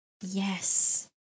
yes